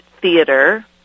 Theater